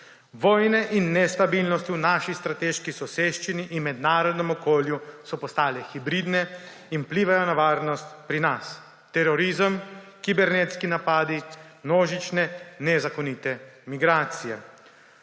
Vojne in nestabilnosti v naši strateški soseščini in v mednarodnem okolju so postale hibridne in vplivajo na varnost pri nas: terorizem, kibernetski napadi, množične nezakonite migracije.